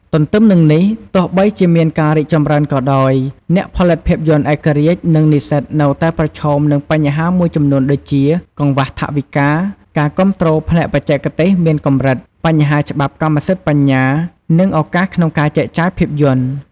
ទទ្ទឹមនឹងនេះ ទោះបីជាមានការរីកចម្រើនក៏ដោយ អ្នកផលិតភាពយន្តឯករាជ្យ និងនិស្សិតនៅតែប្រឈមនឹងបញ្ហាមួយចំនួនដូចជា កង្វះថវិកា ការគាំទ្រផ្នែកបច្ចេកទេសមានកម្រិត បញ្ហាច្បាប់កម្មសិទ្ធិបញ្ញា និងឱកាសក្នុងការចែកចាយភាពយន្ត។